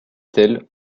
telle